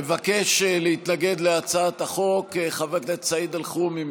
מבקש להתנגד להצעת החוק חבר הכנסת סעיד אלחרומי,